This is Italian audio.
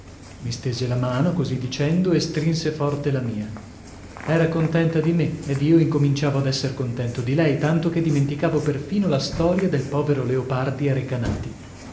stese la mano così dicendo e strinse forte la mia era contenta di me ed io incominciavo ad esser contento di lei tanto che dimenticavo perfino la storia del povero leopardi a recanati